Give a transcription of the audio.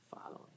following